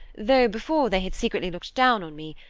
though before they had secretly looked down on me,